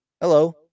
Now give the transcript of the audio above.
Hello